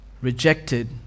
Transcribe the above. Rejected